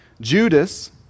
Judas